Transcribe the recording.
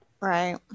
Right